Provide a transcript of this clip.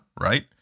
right